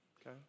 okay